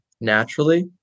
naturally